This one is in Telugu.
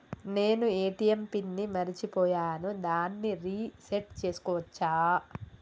నేను ఏ.టి.ఎం పిన్ ని మరచిపోయాను దాన్ని రీ సెట్ చేసుకోవచ్చా?